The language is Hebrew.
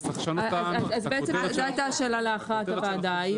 זו הייתה שאלה להכרעת הוועדה.